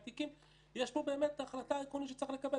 יש פה החלטה עקרונית שצריך לקבל.